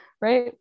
right